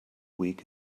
week